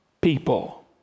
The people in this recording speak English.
people